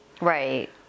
Right